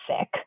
sick